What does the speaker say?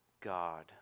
God